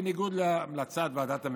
בניגוד להמלצת ועדת המינויים.